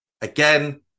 Again